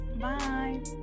Bye